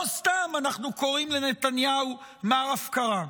לא סתם אנחנו קוראים לנתניהו מר הפקרה,